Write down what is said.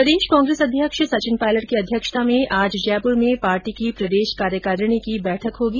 प्रदेश कांग्रेस अध्यक्ष सचिन पायलट की अध्यक्षता में आज जयपुर में पार्टी की प्रदेश कार्यकारिणी की बैठक होगी